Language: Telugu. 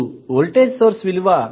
ఇప్పుడు వోల్టేజ్ సోర్స్ విలువ 2090°